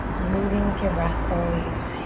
moving with your breath always.